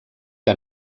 que